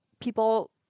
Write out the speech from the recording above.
people